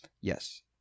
Yes